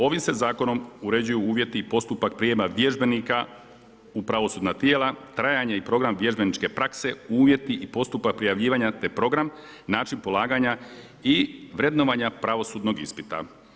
Ovim se zakonom uređuju uvjeti i postupak prijema vježbenika u pravosudna tijela, trajanje i program vježbeničke prakse, uvjeti i postupak prijavljivanja te program, način polaganja i vrednovanja pravosudnog ispita.